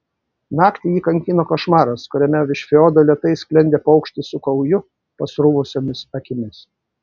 naktį jį kankino košmaras kuriame virš feodo lėtai sklendė paukštis krauju pasruvusiomis akimis